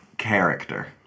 character